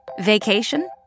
Vacation